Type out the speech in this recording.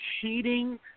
cheating